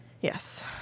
Yes